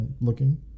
looking